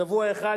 שבוע אחד,